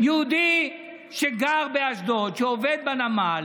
יהודי שגר באשדוד, שעובד בנמל,